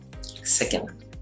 Second